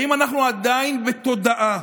האם אנחנו עדיין בתודעה